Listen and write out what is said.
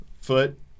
foot